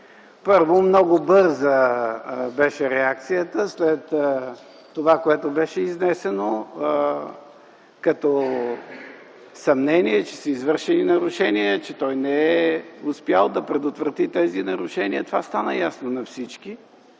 Първо, много бърза беше реакцията след това, което беше изнесено като съмнение, че са извършени нарушения, че той не е успял да предотврати тези нарушения. Това стана ясно на всички.